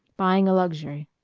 buying a luxury.